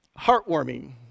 Heartwarming